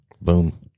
Boom